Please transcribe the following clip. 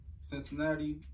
Cincinnati